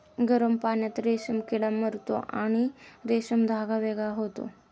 गरम पाण्यात रेशीम किडा मरतो आणि रेशीम धागा वेगळा होतो